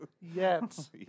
Yes